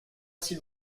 s’il